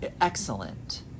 excellent